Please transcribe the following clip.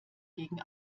gegen